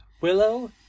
Willow